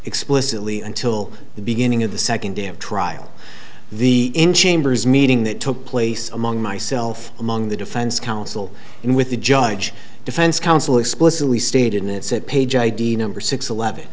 explicitly until the beginning of the second day of trial the in chambers meeting that took place among myself among the defense counsel and with the judge defense counsel explicitly stated in it said page id number six eleven